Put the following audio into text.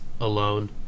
alone